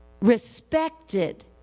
respected